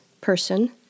person